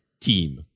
team